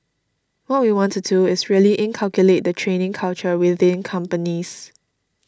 what we want to do is really inculcate the training culture within companies